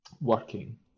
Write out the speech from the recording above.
working